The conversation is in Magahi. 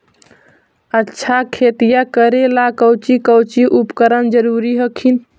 अच्छा खेतिया करे ला कौची कौची उपकरण जरूरी हखिन?